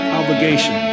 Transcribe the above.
obligation